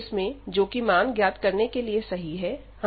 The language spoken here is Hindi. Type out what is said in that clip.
दूसरे केस में जो कि मान ज्ञात करने के लिए सही है